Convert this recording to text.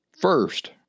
First